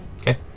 Okay